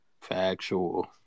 Factual